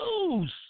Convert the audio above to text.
lose